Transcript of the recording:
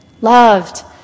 loved